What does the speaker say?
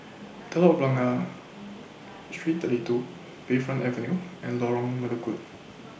Telok Blangah Street thirty two Bayfront Avenue and Lorong Melukut